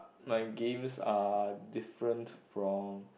my games are different from